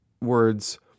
Words